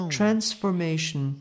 transformation